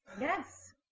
Yes